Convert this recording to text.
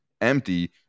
empty